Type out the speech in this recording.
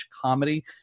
Comedy